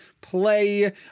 play